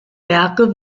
werke